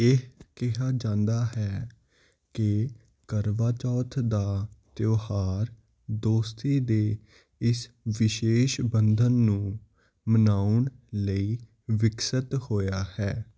ਇਹ ਕਿਹਾ ਜਾਂਦਾ ਹੈ ਕਿ ਕਰਵਾ ਚੌਥ ਦਾ ਤਿਉਹਾਰ ਦੋਸਤੀ ਦੇ ਇਸ ਵਿਸ਼ੇਸ਼ ਬੰਧਨ ਨੂੰ ਮਨਾਉਣ ਲਈ ਵਿਕਸਿਤ ਹੋਇਆ ਹੈ